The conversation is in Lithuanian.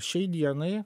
šiai dienai